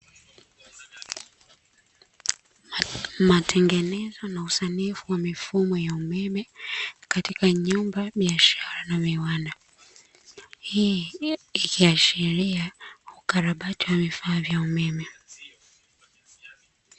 Matengenezo na usanifu wa mifumo ya umeme katika nyumba, biashara na viwanda, hii ikiashiria ukarabati wa vifaa vya umeme.